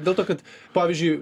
dėl to kad pavyzdžiui